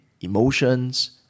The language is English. emotions